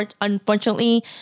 unfortunately